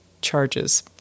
charges